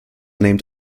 named